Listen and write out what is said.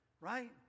right